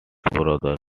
brothers